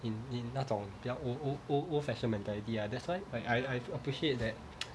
in in 那种比较 old old old old fashion mentality lah that's why I I appreciate that